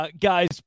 Guys